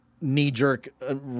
knee-jerk